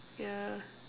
yeah